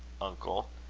uncle.